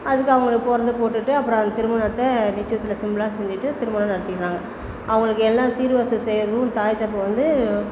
அதுக்கு அவங்களுக்கு போடுறத போட்டுட்டு அப்புறம் அந்த திருமணத்தை நிச்சயத்துல சிம்பிளாக செஞ்சிட்டு திருமணம் நடத்திடுறாங்க அவங்களுக்கு எல்லாம் சீர் வரிசை செய்கிறதும் தாய் தகப்பன் வந்து